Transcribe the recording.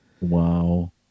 Wow